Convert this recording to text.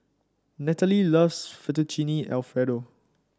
Nataly loves Fettuccine Alfredo